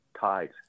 tides